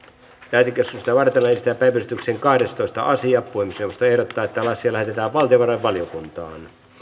lähetekeskustelua varten esitellään päiväjärjestyksen kahdestoista asia puhemiesneuvosto ehdottaa että asia lähetetään valtiovarainvaliokuntaan